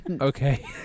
Okay